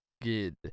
good